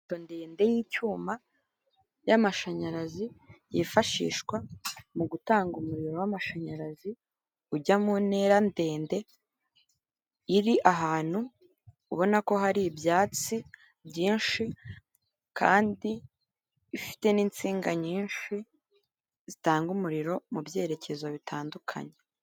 Ipoto ndende y'icyuma y'amashanyarazi yifashishwa mu gutanga umuriro w'amashanyarazi ujya mu ntera ndende, iri ahantu ubona ko hari ibyatsi byinshi kandi ifite n'insinga nyinshi zitanga umuriro mu byerekezo bitandukanye.